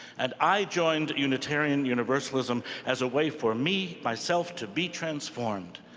and i joined unitarian universalism as a way for me, myself, to be transformed,